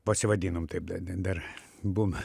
pasivadinom taip dar buom